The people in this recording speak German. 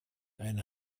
eine